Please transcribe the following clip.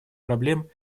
проблем